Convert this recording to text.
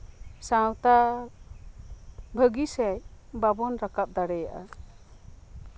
ᱥᱟᱶᱛᱟ ᱵᱷᱟᱹᱜᱤ ᱥᱮᱡ ᱵᱟᱵᱚᱱ ᱨᱟᱠᱟᱵ ᱫᱟᱲᱮᱭᱟᱜᱼᱟ